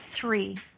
three